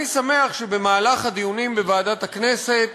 אני שמח שבמהלך הדיונים בוועדת הכנסת